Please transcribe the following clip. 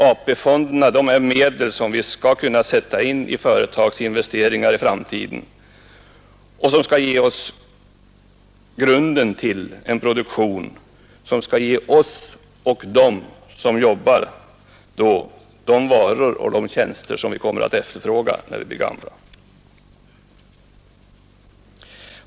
AP-fonderna är medel som vi skall kunna sätta in i företagsinvesteringar i framtiden och som skall utgöra grunden till en produktion som skall ge oss de varor och de tjänster som vi kommer att efterfråga, när vi blir gamla.